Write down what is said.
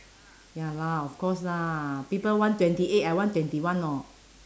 ya lah of course lah people want twenty eight I want twenty one orh